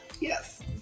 Yes